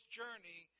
journey